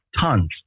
Tons